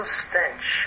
stench